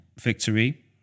victory